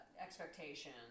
expectation